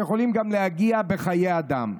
שיכולות גם להגיע לפגיעה בחיי אדם.